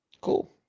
Cool